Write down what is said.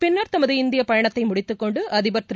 பிள்ளர் தமதுஇந்தியபயணத்தைமுடித்துக்கொண்டு அதிபர் திரு